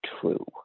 true